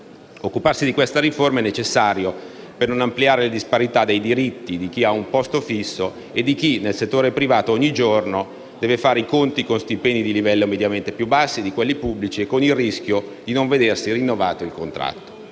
Occuparsi di questa riforma è necessario per non ampliare le disparità dei diritti tra chi ha un “posto fisso” e chi, nel settore privato, ogni giorno deve fare i conti con stipendi di livello mediamente più bassi di quelli pubblici e con il rischio di non vedersi rinnovato il contratto.